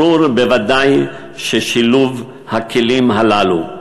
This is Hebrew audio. ברור בוודאי ששילוב הכלים הללו,